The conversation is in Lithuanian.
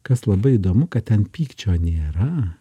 kas labai įdomu kad ten pykčio nėra